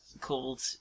called